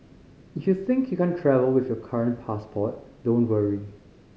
if you think you can't travel with your current passport don't worry